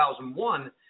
2001